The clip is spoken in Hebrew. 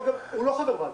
הוא לא חבר ועדה.